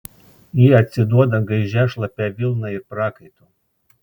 ji atsiduoda gaižia šlapia vilna ir prakaitu